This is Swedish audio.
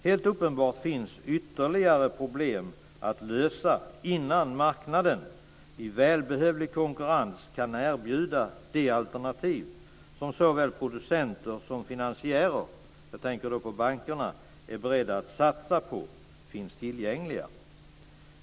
Helt uppenbart finns ytterligare problem att lösa innan marknaden i välbehövlig konkurrens kan erbjuda de alternativ som såväl producenter som finansiärer - jag tänker då på bankerna - är beredda att satsa på finns tillgängliga.